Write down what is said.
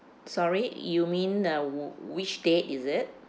sorry you mean uh which date is it